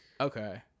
okay